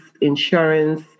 insurance